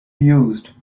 used